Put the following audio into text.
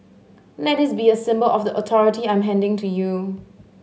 let this be a symbol of the authority I'm handing to you